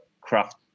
craft